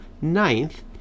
ninth